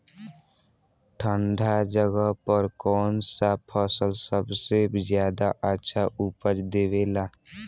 ठंढा जगह पर कौन सा फसल सबसे ज्यादा अच्छा उपज देवेला?